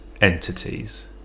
entities